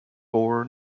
four